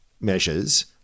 measures